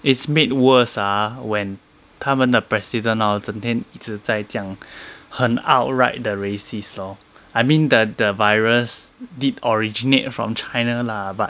it's made worse ah when 他们的 president hor 整天一直在这样很 outright 的 racist lor I mean the the virus did originate from china lah but